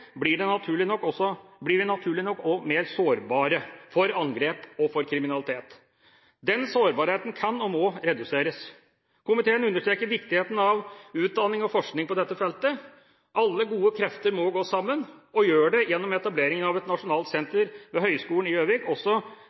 blir vi naturlig nok også mer sårbare – for angrep og for kriminalitet. Den sårbarheten kan og må reduseres. Komiteen understreker viktigheten av utdanning og forskning på dette feltet. Alle gode krefter må gå sammen, og gjør det, gjennom etableringen av et nasjonalt senter ved Høgskolen i Gjøvik, også